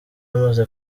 amaze